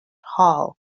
hall